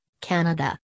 Canada